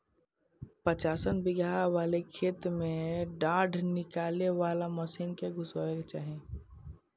पचासन बिगहा वाले खेत में डाँठ निकाले वाला मशीन के घुसावे के चाही